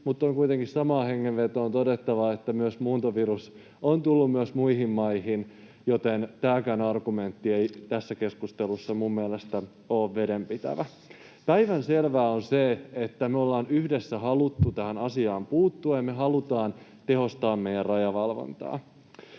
mutta on kuitenkin samaan hengenvetoon todettava, että muuntovirus on tullut myös muihin maihin, joten tämäkään argumentti tässä keskustelussa ei minun mielestäni ole vedenpitävä. Päivänselvää on se, että me ollaan yhdessä haluttu tähän asiaan puuttua ja me halutaan tehostaa meidän rajavalvontaa.